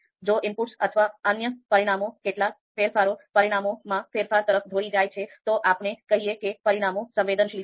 જો ઇનપુટ્સ અથવા અન્ય પરિમાણોમાં કેટલાક ફેરફારો પરિણામોમાં ફેરફાર તરફ દોરી જાય છે તો આપણે કહીએ કે પરિણામો સંવેદનશીલ છે